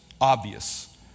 obvious